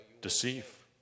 deceive